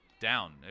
down